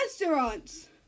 restaurants